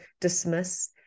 dismiss